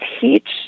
teach